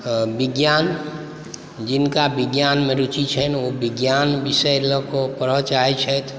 विज्ञान जिनका विज्ञानमे रुचि छनि ओ विज्ञान विषय लऽ कऽ ओ पढ़य चाहैत छथि